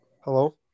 Hello